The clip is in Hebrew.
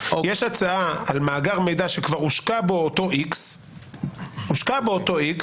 יש הצעה על מאגר מידע שכבר הושקע בו אותו X ,הושקע בו אותו X